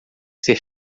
ser